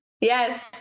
yes